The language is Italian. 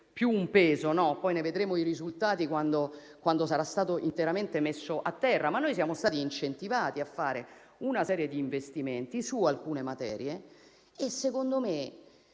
più un peso; poi ne vedremo i risultati quando sarà stato interamente messo a terra), a fare una serie di investimenti su alcune materie e, secondo me,